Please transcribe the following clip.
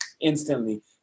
instantly